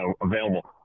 available